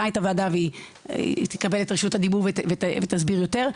את הוועדה והיא תקבל את רשות הדיבור ותסביר יותר,